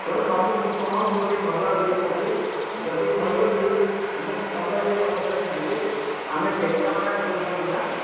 ତେଣୁ ତୁମକୁ ଶୁଣ ମୁଁ ଗୋଟିଏ ଭଲରେ ଇଏ କହୁଛି ଯଦି କହିବ ବି ମୁଁ ସମୟ ଦେଇ ତୁମ ସହିତ ଯିବି ଆମେ କେନ୍ଦ୍ରାପଡ଼ା କେଉଁଦିନ ଯିବା